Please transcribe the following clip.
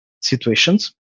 situations